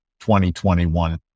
2021